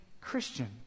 christian